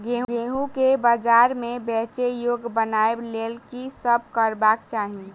गेंहूँ केँ बजार मे बेचै योग्य बनाबय लेल की सब करबाक चाहि?